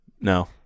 No